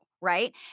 right